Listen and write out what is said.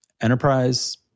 enterprise